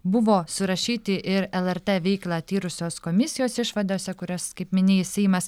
buvo surašyti ir lrt veiklą tyrusios komisijos išvadose kurias kaip minėjai seimas